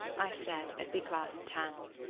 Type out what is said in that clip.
i said as we clasped hands.